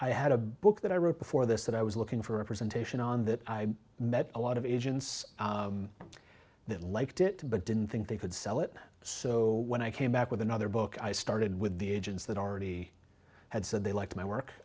i had a book that i wrote before this that i was looking for representation on that i met a lot of agents that liked it but didn't think they could sell it so when i came back with another book i started with the agents that already had said they liked my work